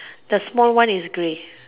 the small one is grey